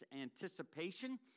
anticipation